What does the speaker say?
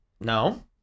No